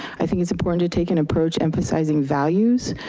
i think it's important to take an approach, emphasizing values.